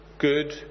good